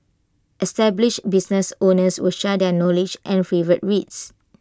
established business owners will share their knowledge and favourite reads